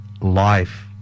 life